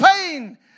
pain